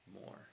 more